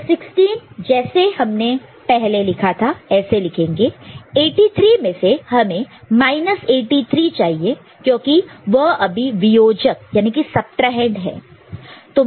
तो 16 जैसे हमने पहले लिखा था ऐसे लिखेंगे 83 में से हमें 83 चाहिए क्योंकि वह अभी वियोजक सबट्राहैंड subtrahend है